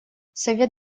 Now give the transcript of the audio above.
совет